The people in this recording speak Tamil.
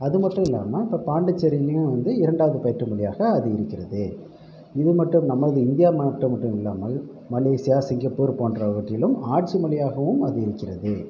அதுமட்டும் இல்லாமல் இப்போ பாண்டிச்சேரிலையும் வந்து இரண்டாவது பயிற்று மொழியாக அது இருக்கிறது இது மட்டும் நமது இந்தியா நாட்டில் மட்டும் இல்லாமல் மலேசியா சிங்கப்பூர் போன்றவற்றிலும் ஆட்சி மொழியாகவும் அது இருக்கிறது